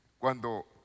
cuando